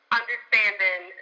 understanding